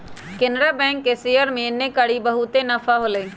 केनरा बैंक के शेयर में एन्नेकारी बहुते नफा होलई